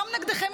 גם נגדכם,